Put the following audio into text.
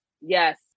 Yes